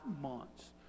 months